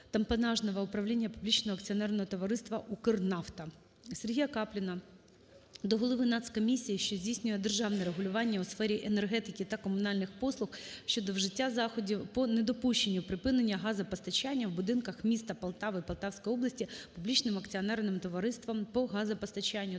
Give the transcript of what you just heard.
тампонажного Управління Публічного акціонерного товариства "Укрнафта". Сергія Капліна до голови Нацкомісії, що здійснює державне регулювання у сфері енергетики та комунальних послуг щодо вжиття заходів по недопущенню припинення газопостачання в будинках міста Полтави і Полтавської області Публічним акціонерним товариством по газопостачанню